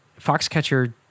Foxcatcher